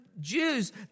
Jews